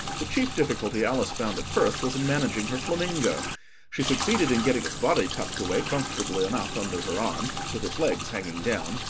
the chief difficulty alice found at first was in managing her flamingo she succeeded in getting its body tucked away, comfortably enough, under her arm, with its legs hanging down,